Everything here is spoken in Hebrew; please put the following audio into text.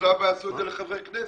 בשלב הבא יעשו את זה לחברי כנסת.